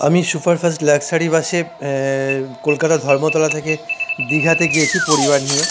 আমি super fast luxury বাসে কলকাতা ধর্মতলা থেকে দীঘাতে গিয়েছি পরিবার নিয়ে